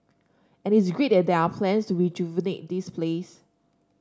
and it's great that there are plans to rejuvenate this place